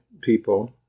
people